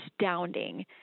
astounding